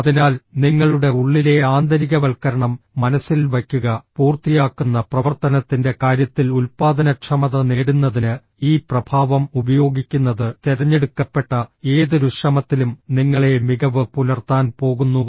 അതിനാൽ നിങ്ങളുടെ ഉള്ളിലെ ആന്തരികവൽക്കരണം മനസ്സിൽ വയ്ക്കുക പൂർത്തിയാക്കുന്ന പ്രവർത്തനത്തിന്റെ കാര്യത്തിൽ ഉൽപ്പാദനക്ഷമത നേടുന്നതിന് ഈ പ്രഭാവം ഉപയോഗിക്കുന്നത് തിരഞ്ഞെടുക്കപ്പെട്ട ഏതൊരു ശ്രമത്തിലും നിങ്ങളെ മികവ് പുലർത്താൻ പോകുന്നു